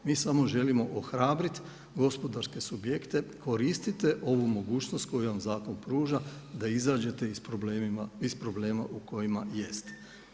Mi samo želimo ohrabriti gospodarske subjekte, koristite ovu mogućnost koju vam zakon pruža da izađete iz problema u kojima jeste.